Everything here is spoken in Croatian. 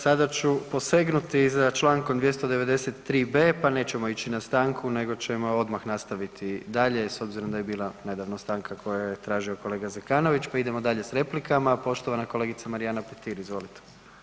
Sada ću posegnuti za čl. 293.b., pa nećemo ići na stanku nego ćemo odmah ostaviti dalje s obzirom da je bila nedavno stanka koju je tražio kolega Zekanović, pa idemo dalje s replikama, poštovana kolegica Marijana Petir, izvolite.